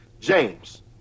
James